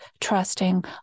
trusting